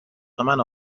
تومن